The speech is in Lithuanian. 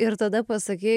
ir tada pasakei